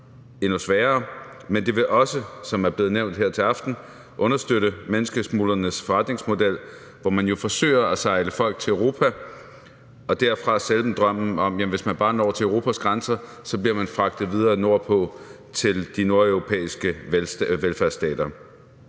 endnu sværere, men det vil også, som det er blevet nævnt her til aften, understøtte menneskesmugleres forretningsmodel, hvor man jo forsøger at sejle folk til Europa og sælge dem drømmen om, at hvis de bare når til Europas grænser, bliver de fragtet videre nordpå til de nordeuropæiske velfærdsstater.